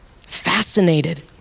fascinated